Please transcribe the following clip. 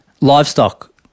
Livestock